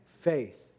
Faith